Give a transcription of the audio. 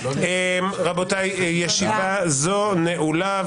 רבותיי, ישיבה זו נעולה.